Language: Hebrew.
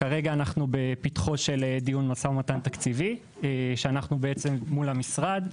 כרגע אנחנו בפתחו של דיון ומשא ומתן תקציבי מול המשרד.